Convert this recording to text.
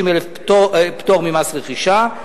פטור ממס רכישה,